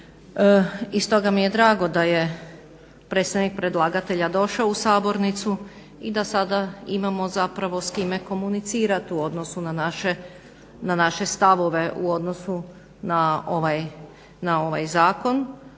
i stoga mi je drago da je predstavnik predlagatelja došao u sabornicu i da sada imamo zapravo s kime komunicirat u odnosu na naše stavove u odnosu na ovaj zakon.